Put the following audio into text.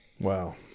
Wow